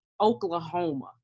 Oklahoma